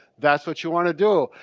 that's what you want to do.